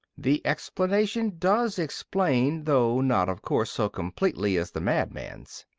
the explanation does explain, though not, of course, so completely as the madman's.